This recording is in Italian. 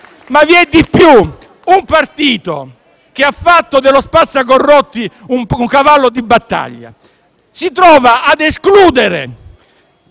Ma vi è di più! Un partito che ha fatto dello "spazza corrotti" un cavallo di battaglia si trova nella